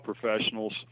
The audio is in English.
professionals